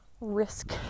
risk